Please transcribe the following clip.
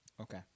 Okay